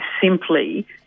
simply